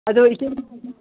ꯑꯗꯣ ꯏꯆꯦꯅ